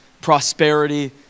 prosperity